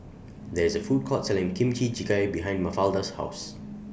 There IS A Food Court Selling Kimchi Jjigae behind Mafalda's House